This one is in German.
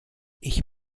ich